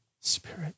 Spirit